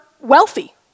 wealthy